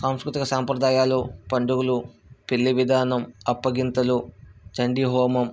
సాంస్కృతిక సాంప్రదాయాలు పండుగలు పెళ్ళి విధానం అప్పగింతలు చండీ హోమం